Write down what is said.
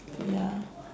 ya